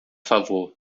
favor